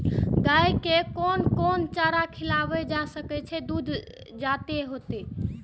गाय के कोन कोन चारा खिलाबे जा की दूध जादे होते?